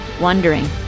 wondering